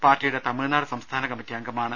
പാർട്ടിയുടെ തമിഴ്നാട് സംസ്ഥാന കമ്മിറ്റി അംഗമാണ്